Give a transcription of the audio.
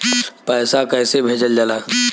पैसा कैसे भेजल जाला?